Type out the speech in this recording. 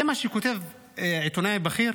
זה מה שכותב עיתונאי בכיר?